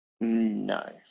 No